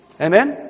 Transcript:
Amen